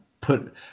put